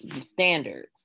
standards